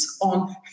on